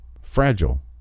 fragile